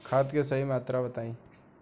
खाद के सही मात्रा बताई?